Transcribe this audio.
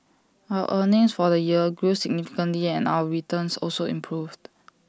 our earnings for the year grew significantly and our returns also improved